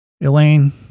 Elaine